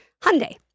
Hyundai